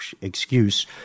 excuse